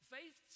Faith